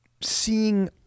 seeing